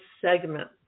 segment